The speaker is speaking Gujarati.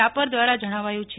રાપર દ્વારા જણાવાયું છે